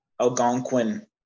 Algonquin